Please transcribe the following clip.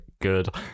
good